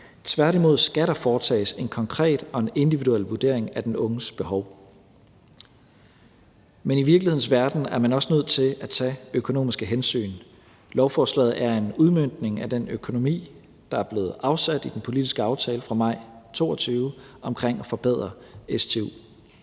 Tværtimod skal der foretages en konkret og individuel vurdering af den unges behov. Men i virkelighedens verden er man også nødt til at tage økonomiske hensyn. Lovforslaget er en udmøntning af den økonomi, der er blevet afsat i den politiske aftale fra maj 2022 om at forbedre stu.